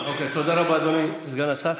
תודה רבה, אדוני סגן השר.